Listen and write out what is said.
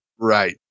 Right